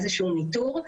איזשהו ניתור,